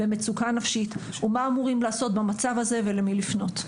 במצוקה נפשית ומה אמורים לעשות במצב הזה ולמי לפנות.